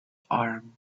arm